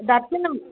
దర్శనం